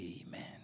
Amen